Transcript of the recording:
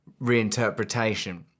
reinterpretation